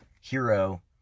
hero